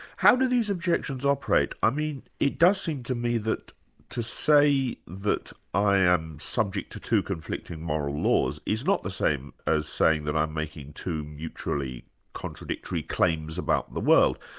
how do these objections operate? i mean, it does seem to me that to say that i am subject to two conflicting moral laws is not the same as saying that i'm making two mutually contradictory claims about the world.